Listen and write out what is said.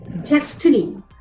destiny